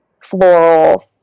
floral